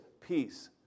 peace